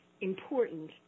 important